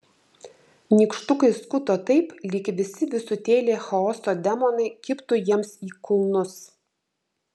nykštukai skuto taip lyg visi visutėliai chaoso demonai kibtų jiems į kulnus